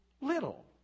little